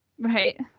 Right